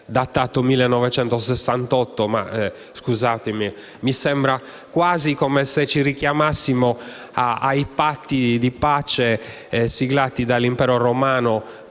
datato 1968. Scusate, colleghi, ma è come se ci richiamassimo ai patti di pace siglati dall'impero romano